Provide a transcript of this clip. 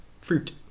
fruit